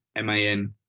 MAN